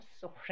sorry